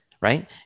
right